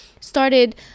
started